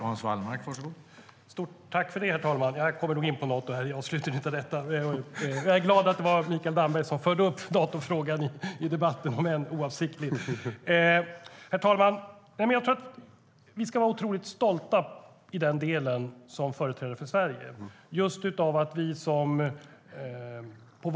Herr talman! Jag kommer nog att komma in på Nato i slutet. Jag är glad att det var Mikael Damberg som förde upp Natofrågan i debatten, om än oavsiktligt. Herr talman! Jag tror att vi, som företrädare för Sverige, ska vara otroligt stolta.